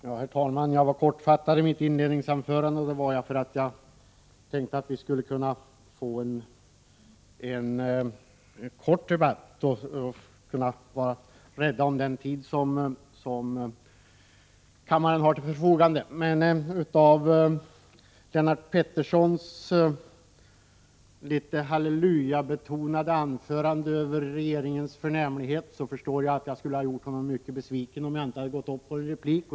Herr talman! Jag var kortfattad i mitt inledningsanförande, eftersom jag menade att vi skulle kunna få en kort debatt med hänsyn till den tid som kammaren har till sitt förfogande. Men efter Lennart Petterssons litet hallelujabetonade anförande om regeringens förtjänster förstod jag att jag skulle ha gjort honom mycket besviken, om jag inte hade begärt replik.